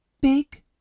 Big